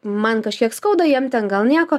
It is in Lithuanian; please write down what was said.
man kažkiek skauda jiem ten gal nieko